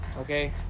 okay